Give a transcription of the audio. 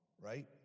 right